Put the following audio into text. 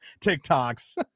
TikToks